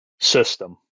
system